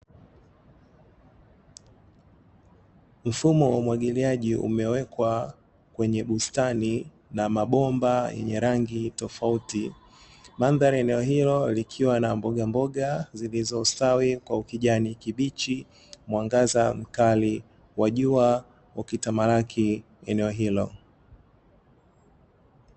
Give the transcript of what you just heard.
Mfumo wa umwagiliaji umewekwa kwenye bustani na mabomba yenye rangi tofauti. Mandhari ya eneo hilo likiwa na mbogamboga zilizostawi kwa ukijani kibichi, mwangaza mkali wa jua ukitamalaki eneo hilo.